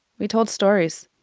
we told stories.